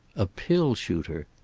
a pill shooter.